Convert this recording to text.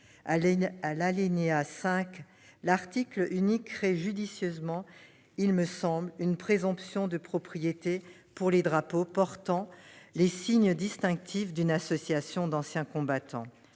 L'alinéa 5 de l'article unique crée judicieusement, me semble-t-il, une présomption de propriété pour les drapeaux portant les signes distinctifs d'une association d'anciens combattants.